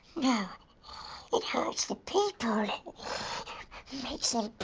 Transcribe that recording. yeah it hurts the people. it makes them